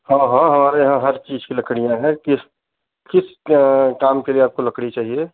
हाँ हाँ हमारे यहाँ हर चीज़ की लकड़ियाँ हैं किस किस क काम के लिए आपको लकड़ी चाहिए